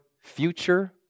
future